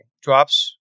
Drops